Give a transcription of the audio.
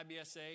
IBSA